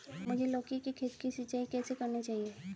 मुझे लौकी के खेत की सिंचाई कैसे करनी चाहिए?